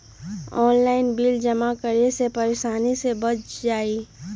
Online bill जमा करे से परेशानी से बच जाहई?